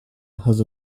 has